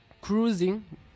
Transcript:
cruising